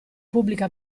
pubblica